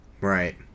Right